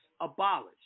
abolished